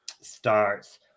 starts